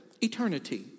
eternity